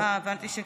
הבנתי שקיש.